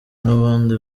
n’ubundi